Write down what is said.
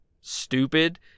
stupid